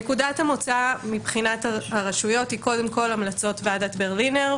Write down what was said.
נקודת המוצא מבחינת הרשויות היא קודם כל המלצות ועדת ברלינר,